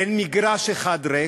אין מגרש אחד ריק,